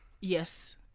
yes